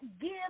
give